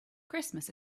christmas